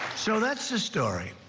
so that is the story.